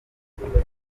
byagombye